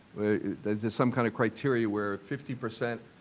there's there's some kind of criteria where fifty percent